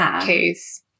case